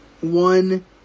one